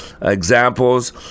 examples